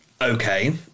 okay